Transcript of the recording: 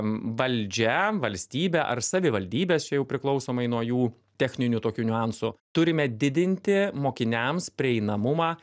valdžia valstybė ar savivaldybės čia jau priklausomai nuo jų techninių tokių niuansų turime didinti mokiniams prieinamumą